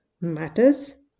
matters